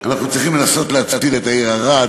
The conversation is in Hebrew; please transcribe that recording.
"'אנחנו צריכים לנסות להציל את העיר ערד'.